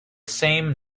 same